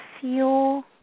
fuel